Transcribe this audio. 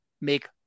make